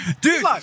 Dude